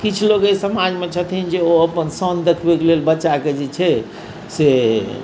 किछु लोक एहि समाजमे छथिन जे ओ अपन शान देखबैके लेल बच्चाके जे छै से